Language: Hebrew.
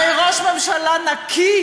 הרי ראש ממשלה נקי